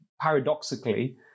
paradoxically